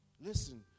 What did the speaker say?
Listen